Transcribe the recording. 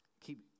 Keep